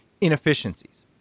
inefficiencies